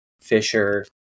Fisher